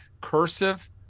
cursive